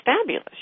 fabulous